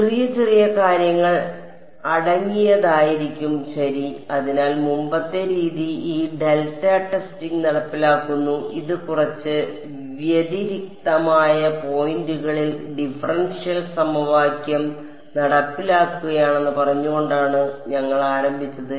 ചെറിയ ചെറിയ കാര്യങ്ങൾ അടങ്ങിയതായിരിക്കും ശരി അതിനാൽ മുമ്പത്തെ രീതി ഈ ഡെൽറ്റ ടെസ്റ്റിംഗ് നടപ്പിലാക്കുന്നു ഇത് കുറച്ച് വ്യതിരിക്തമായ പോയിന്റുകളിൽ ഡിഫറൻഷ്യൽ സമവാക്യം നടപ്പിലാക്കുകയാണെന്ന് പറഞ്ഞുകൊണ്ടാണ് ഞങ്ങൾ ആരംഭിച്ചത്